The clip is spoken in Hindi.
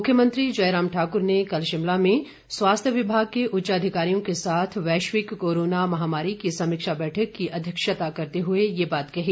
मुख्यमंत्री जय राम ठाकुर ने कल शिमला में स्वास्थ्य विभाग के उच्चाधिकारियों के साथ वैश्विक कोरोना महामारी की समीक्षा बैठक की अध्यक्षता करते हुए ये बात कही